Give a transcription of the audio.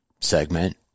segment